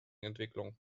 entwicklung